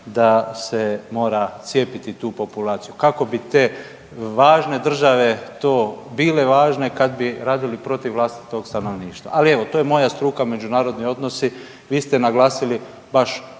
da se mora cijepiti tu populaciju. Kako bi te države to bile važne kad bi radili protiv vlastitog stanovništva? Ali evo to je moja struka, međunarodni odnosi, vi ste naglasili baš